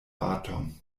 baton